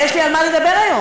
ויש לי על מה לדבר היום.